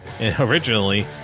originally